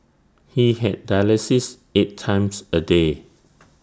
he had dialysis eight times A day